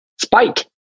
spike